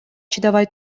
чыдабай